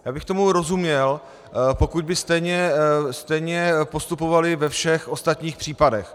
Já bych tomu rozuměl, pokud by stejně postupovali ve všech ostatních případech.